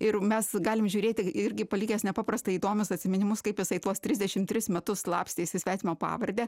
ir mes galim žiūrėti irgi palikęs nepaprastai įdomius atsiminimus kaip jisai tuos trisdešimt tris metus slapstėsi svetima pavarde